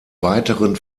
weiteren